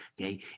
okay